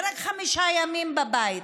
ורק חמישה ימים בבית,